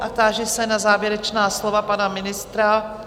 A táži se na závěrečná slova pana ministra?